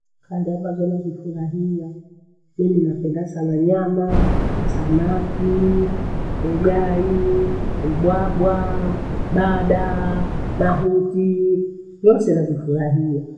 Khande ambazo nezifurahia. Mimi napenda nyama, samakii, ugayii, ubwabwaa, badaa, nahutii, yose navifurahia.